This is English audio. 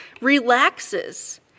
relaxes